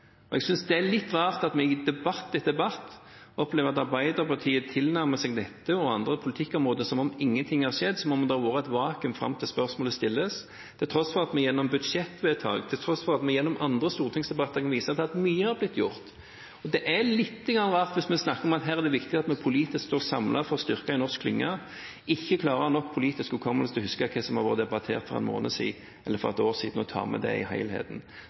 Jeg synes det er litt rart at vi i debatt etter debatt opplever at Arbeiderpartiet tilnærmer seg dette og andre politikkområder som om ingenting har skjedd, som om det har vært et vakuum fram til spørsmålet stilles, til tross for at vi gjennom budsjettvedtak og til tross for at vi gjennom andre stortingsdebatter kan vise til at mye har blitt gjort. Det er litt rart at en, hvis vi snakker om at her er det viktig at vi politisk står samlet for å styrke en norsk klynge, ikke klarer å ha nok politisk hukommelse til å huske hva som har vært debattert for en måned siden eller for et år siden, og tar med det i